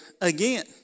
again